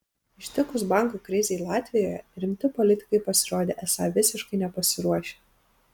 ištikus bankų krizei latvijoje rimti politikai pasirodė esą visiškai nepasiruošę